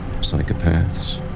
psychopaths